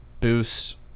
boost